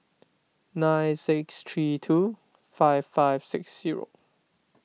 nine six three two five five six zero